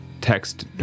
text